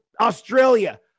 Australia